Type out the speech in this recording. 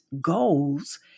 goals